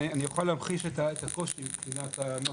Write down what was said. כן, אני יכול להמחיש את הקושי מבחינת הנוסח.